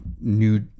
new